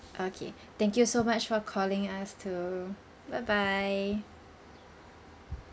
okay thank you so much for calling us too bye bye